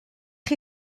chi